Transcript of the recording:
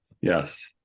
yes